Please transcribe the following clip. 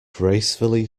gracefully